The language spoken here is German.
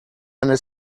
eine